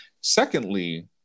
Secondly